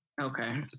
Okay